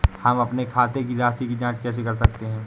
हम अपने खाते की राशि की जाँच कैसे कर सकते हैं?